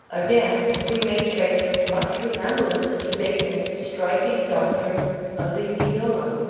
again, we may trace much resemblance to bacon's striking doctrine of the idola,